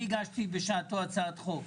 אני הגשתי בשעתו הצעת חוק.